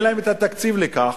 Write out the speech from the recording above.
אין להם תקציב לכך,